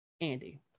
Andy